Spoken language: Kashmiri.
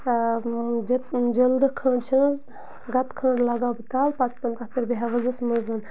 جہِ جِلدٕ کھٔنٛڈ چھِنہٕ حظ گَتہٕ کھٔنٛڈ لَگاو بہٕ تَلہٕ پَتہٕ چھِ تِم تَتھ پٮ۪ٹھ بیٚہوان وُزَس منٛز